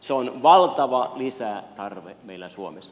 se on valtava lisätarve meillä suomessa